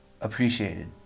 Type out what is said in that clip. appreciated